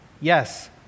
yes